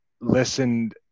listened